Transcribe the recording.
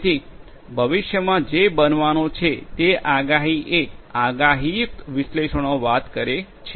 જેથી ભવિષ્યમાં જે બનવાનું છે તે આગાહી એ આગાહીયુક્ત વિશ્લેષણો વાત કરે છે